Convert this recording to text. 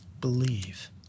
believe